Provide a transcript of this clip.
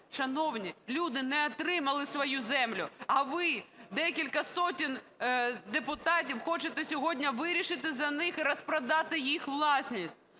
Шановні, люди не отримали свою землю. А ви, декілька сотень депутатів, хочете сьогодні вирішити за них і розпродати їх власність.